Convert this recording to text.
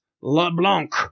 LeBlanc